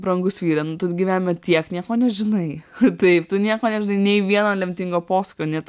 brangus vyre gyvenime tiek nieko nežinai taip tu nieko nežinai nei vieno lemtingo posūkio net